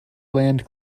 land